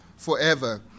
forever